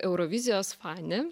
eurovizijos fanė